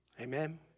Amen